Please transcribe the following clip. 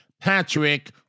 Patrick